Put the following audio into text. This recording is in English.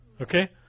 Okay